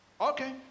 okay